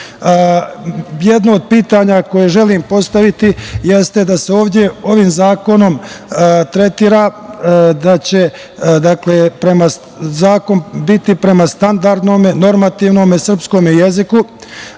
pismo. Jedno od pitanja koje želim postaviti jeste da se ovde ovim zakonom tretira da će zakon biti prema standardnom, normativnom srpskom jeziku.